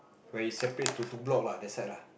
where it separates to two block lah that side lah